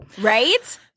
right